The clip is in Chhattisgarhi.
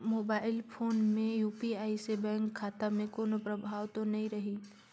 मोबाइल फोन मे यू.पी.आई से बैंक खाता मे कोनो प्रभाव तो नइ रही?